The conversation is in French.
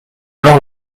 alors